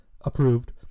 approved